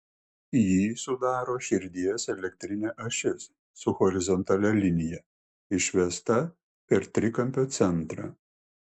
jį sudaro širdies elektrinė ašis su horizontalia linija išvesta per trikampio centrą